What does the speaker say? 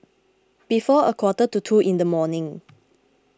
before a quarter to two in the morning